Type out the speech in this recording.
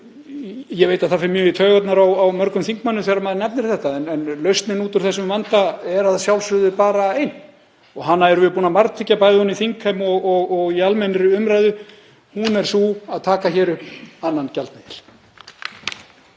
Ég veit að það fer mjög í taugarnar á mörgum þingmönnum þegar maður nefnir þetta, en lausnin út úr þessum vanda er að sjálfsögðu bara ein og hana erum við búin að margtyggja ofan í þingheim og í almennri umræðu. Hún er sú að taka upp annan gjaldmiðil.